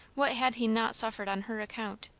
what had he not suffered on her account!